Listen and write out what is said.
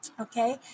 okay